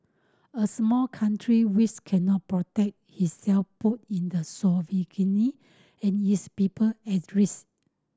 a small country which cannot protect itself put in the sovereignty and its people at risk